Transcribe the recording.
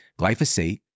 glyphosate